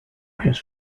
has